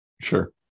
sure